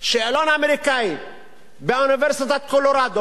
שאלון אמריקאי באוניברסיטת קולורדו,